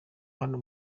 hano